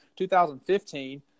2015